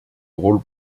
rôle